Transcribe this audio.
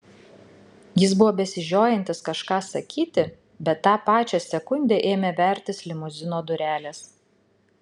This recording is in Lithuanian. jis buvo besižiojantis kažką sakyti bet tą pačią sekundę ėmė vertis limuzino durelės